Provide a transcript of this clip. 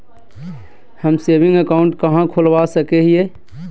हम saving account कहाँ खोलवा सको हियै?